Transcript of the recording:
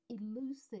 elusive